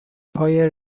پای